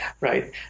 Right